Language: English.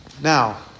Now